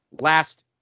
last